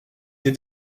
des